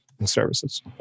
services